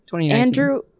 Andrew